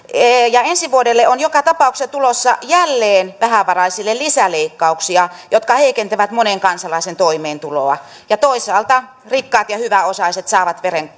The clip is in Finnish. ensi vuodelle on joka tapauksessa tulossa jälleen vähävaraisille lisäleikkauksia jotka heikentävät monen kansalaisen toimeentuloa ja toisaalta rikkaat ja hyväosaiset saavat